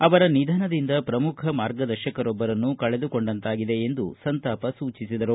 ಅವರ ನಿಧನದಿಂದ ಪ್ರಮುಖ ಮಾರ್ಗದರ್ಶಕರೊಬ್ಬರನ್ನು ಕಳೆದುಕೊಂಡಂತಾಗಿದೆ ಎಂದು ಸಂತಾಪ ಸೂಚಿಸಿದ್ದಾರೆ